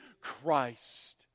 Christ